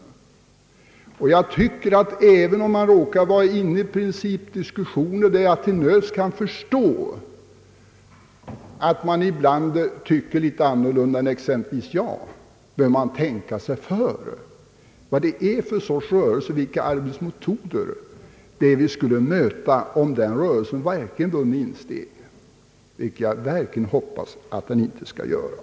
Man bör nog tänka på vilken sorts rörelse och vilka arbetsmetoder vi skulle möta om den rörelsen vann insteg, vilket jag verkligen hoppas inte skall ske. Jag tycker nog man bör ha det i åtanke även om det bara gäller en principdiskussion, där jag till nöds kan förstå att vi kan ha olika åsikter.